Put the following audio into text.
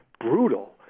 brutal